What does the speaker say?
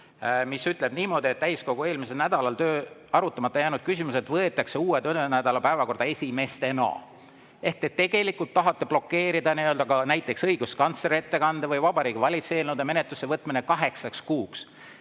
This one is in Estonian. mis ütleb niimoodi, et täiskogu eelmisel nädalal arutamata jäänud küsimused võetakse uue töönädala päevakorda esimestena. Ehk te tegelikult tahate blokeerida ka näiteks õiguskantsleri ettekande või Vabariigi Valitsus eelnõude menetlusse võtmise kaheksaks kuuks.